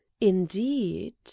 indeed